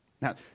Now